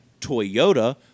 Toyota